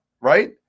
right